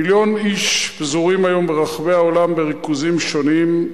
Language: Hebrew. מיליון איש פזורים היום ברחבי העולם בריכוזים שונים,